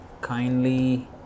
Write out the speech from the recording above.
kindly